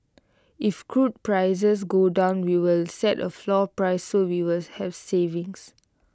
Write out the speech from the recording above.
if crude prices go down we will set A floor price so we will have savings